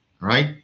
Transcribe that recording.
right